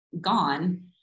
gone